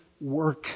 work